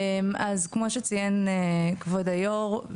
אז כמו שציין כבוד היו"ר,